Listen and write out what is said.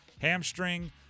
Hamstring